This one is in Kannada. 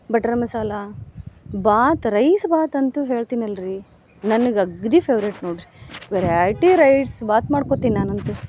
ಬಟ್ರ್ ಮಸಾಲೆ ಬಾತ್ ರೈಸ್ ಬಾತ್ ಅಂತು ಹೇಳ್ತಿನಲ್ಲ ರೀ ನನಗೆ ಅಗ್ದಿ ಫೇವ್ರೆಟ್ ನೋಡ್ರಿ ವೆರೈಟಿ ರೈಸ್ ಬಾತು ಮಾಡ್ಕೊತೀನಿ ನಾನಂತು